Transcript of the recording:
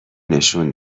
نشون